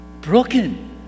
Broken